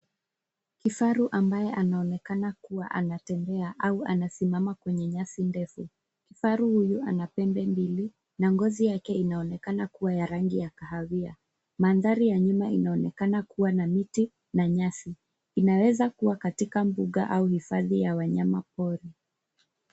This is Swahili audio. Kifaru ambaye anaonekana kuwa anatembea au amesimama kwenye nyasi ndefu. kifaru huyo aka pembe mbili na ngozi yake inaonekana kuwa ya rangi ya kahawia. Mandhari ya nyuma inaonekana kuwa na miti na nyasi. Inaweza kuwa katika mbuga au uhifadhi ya wanyama pori.